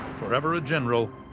forever a general,